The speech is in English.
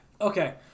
Okay